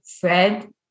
Fred